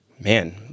man